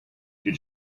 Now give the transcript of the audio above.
you